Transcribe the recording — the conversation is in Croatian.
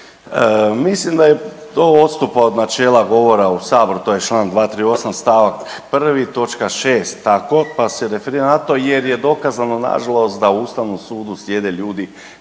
mislim da i to odstupa od načela govora u saboru to je Članak 238. stavak 1. točka 6. tako pa se referiram na to jer je dokazano nažalost da u Ustavnom sudu sjede ljudi